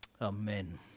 Amen